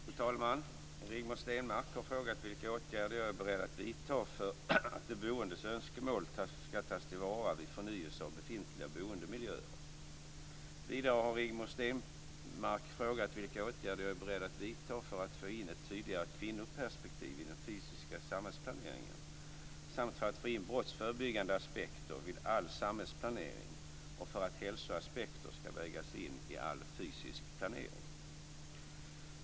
Fru talman! Rigmor Stenmark har frågat vilka åtgärder jag är beredd att vidta för att de boendes önskemål ska tas till vara vid förnyelse av befintliga boendemiljöer. Vidare har Rigmor Stenmark frågat vilka åtgärder jag är beredd att vidta för att få in ett tydligare kvinnoperspektiv i den fysiska samhällsplaneringen samt för att få in brottsförebyggande aspekter vid all samhällsplanering och för att hälsoaspekter ska vägas in i all fysisk planering.